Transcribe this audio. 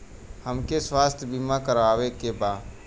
हमके स्वास्थ्य बीमा करावे के बा?